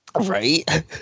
Right